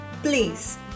Please